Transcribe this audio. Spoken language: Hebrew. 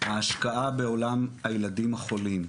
ההשקעה בעולם הילדים החולים,